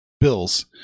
Bills